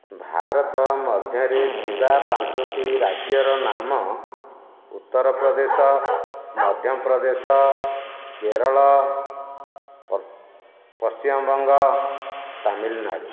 ଭାରତ ମଧ୍ୟରେ ଥିବା ପାଞ୍ଚୋଟି ରାଜ୍ୟର ନାମ ଉତ୍ତରପ୍ରଦେଶ ମଧ୍ୟପ୍ରଦେଶ କେରଳ ପଶ୍ଚିମବଙ୍ଗ ତାମିଲନାଡ଼ୁ